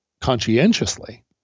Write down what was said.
conscientiously